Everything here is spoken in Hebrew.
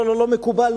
לא מקובל,